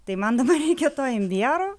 tai man dabar reikia to imbiero